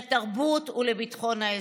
לתרבות ולביטחון האזרחים.